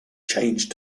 changed